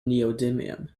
neodymium